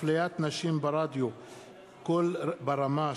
2. אפליית נשים ברדיו "קול ברמה",